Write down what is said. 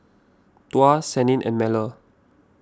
Tuah Senin and Melur